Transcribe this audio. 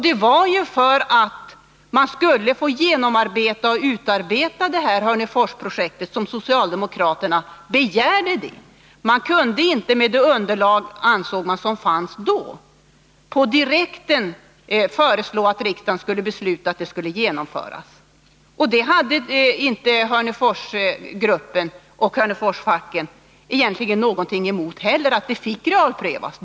Det var ju för att man skulle få genomarbeta Hörneforsprojektet som socialdemokraterna begärde detta projekt. Man ansåg att man med det underlag som då fanns inte utan vidare kunde föreslå att riksdagen skulle besluta om projektets genomförande. Inte heller hade Hörneforsgruppen och Hörneforsfacken någonting egentligt emot att det skulle få realprövas.